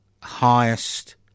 highest